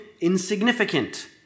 insignificant